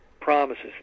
promises